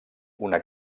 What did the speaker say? una